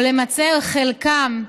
או למצער חלקם,